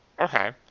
okay